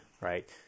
right